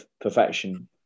Perfection